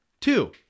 Two